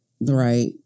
Right